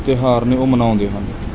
ਤਿਉਹਾਰ ਨੇ ਉਹ ਮਨਾਉਂਦੇ ਹਨ